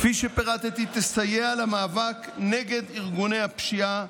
כפי שפירטתי, תסייע למאבק נגד ארגוני הפשיעה,